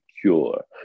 cure